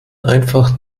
einfach